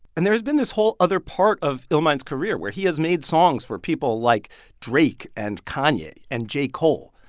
and there's been this whole other part of illmind's career where he has made songs for people like drake and kanye and j. cole.